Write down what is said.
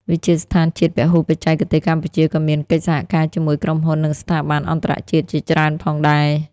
វិទ្យាស្ថានជាតិពហុបច្ចេកទេសកម្ពុជាក៏មានកិច្ចសហការជាមួយក្រុមហ៊ុននិងស្ថាប័នអន្តរជាតិជាច្រើនផងដែរ។